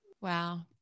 Wow